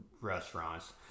restaurants